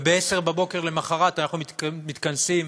וב-10:00 למחרת אנחנו מתכנסים